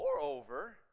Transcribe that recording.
Moreover